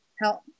help